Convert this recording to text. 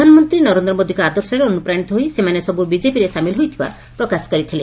ପ୍ରଧାନମନ୍ତୀ ନରେନ୍ଦ୍ର ମୋଦିଙ୍କ ଆଦର୍ଶରେ ଅନୁପ୍ରାଶିତ ହୋଇ ସେମାନେ ସବୁ ବିଜେପିରେ ସାମିଲ ହୋଇଥିବା ସେମାନେ ପ୍ରକାଶ କରିଥିଲେ